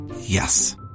Yes